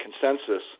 consensus